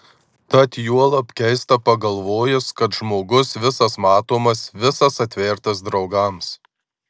tad juolab keista pagalvojus kad žmogus visas matomas visas atvertas draugams